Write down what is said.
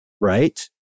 right